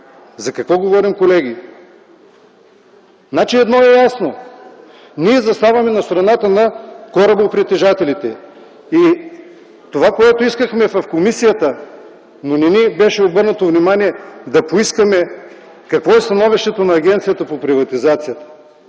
За какво говорим, колеги? Едно е ясно – ние заставаме на страната на корабопритежателите. Това, което искахме в комисията, но не ни беше обърнато внимание – да поискаме становището на Агенцията по приватизацията.